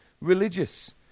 religious